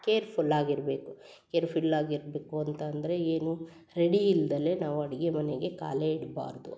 ಕೇರ್ಫುಲ್ಲಾಗಿ ಇರಬೇಕು ಕೇರ್ಫುಲ್ಲಾಗಿ ಇರಬೇಕು ಅಂತಂದರೆ ಏನು ರೆಡಿ ಇಲ್ದಲೇ ನಾವು ಅಡಿಗೆ ಮನೆಗೆ ಕಾಲೇ ಇಡ್ಬಾರದು